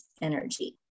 energy